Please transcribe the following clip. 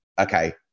okay